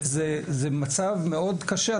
זה מצב מאוד קשה.